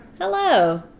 Hello